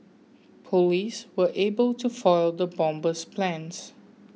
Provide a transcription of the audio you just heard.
police were able to foil the bomber's plans